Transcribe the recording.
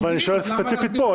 אני שואל ספציפית פה,